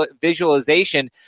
visualization